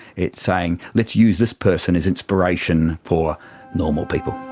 it's saying let's use this person as inspiration for normal people.